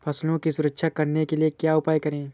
फसलों की सुरक्षा करने के लिए क्या उपाय करें?